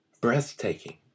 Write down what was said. breathtaking